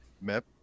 map